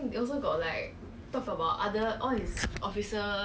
crazy sia